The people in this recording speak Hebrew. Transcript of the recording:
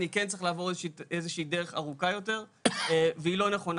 אני כן צריך לעבור איזושהי דרך ארוכה יותר והיא לא נכונה.